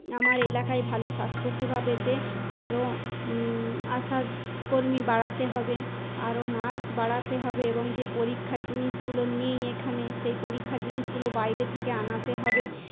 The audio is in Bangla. আমার এলাকায় ভালো স্বাস্থ্যসেবা পেতে আরো আশাকর্মী বাড়াতে হবে আরো নার্স বাড়াতে হবে এবং যে পরীক্ষার জিনিসগুলো নেই এখানে সেই পরীক্ষার জিনিসগুলো বাইরে থেকে আনাতে হবে